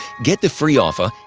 get the free offer,